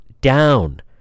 down